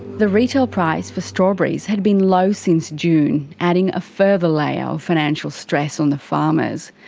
the retail price for strawberries had been low since june, adding a further layer of financial stress on the farmers.